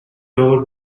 dover